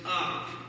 up